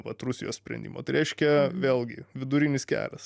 vat rusijos sprendimo tai reiškia vėlgi vidurinis kelias